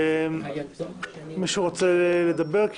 מישהו רוצה לדבר?